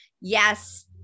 Yes